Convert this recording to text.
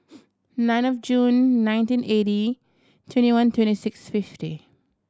nine of June nineteen eighty twenty one twenty six fifty